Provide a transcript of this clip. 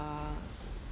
uh